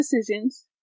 decisions